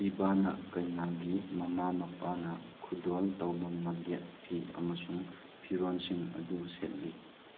ꯄꯤꯕꯥꯅ ꯀꯩꯅꯥꯒꯤ ꯃꯃꯥ ꯃꯄꯥꯅ ꯈꯨꯗꯣꯜ ꯇꯧꯕ ꯉꯛꯌꯦꯠ ꯐꯤ ꯑꯃꯁꯨꯡ ꯐꯤꯔꯣꯜꯁꯤꯡ ꯑꯗꯨ ꯁꯦꯠꯂꯤ